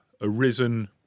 arisen